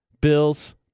Bills